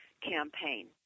campaign